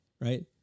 Right